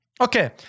Okay